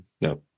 no